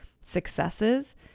successes